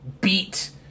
beat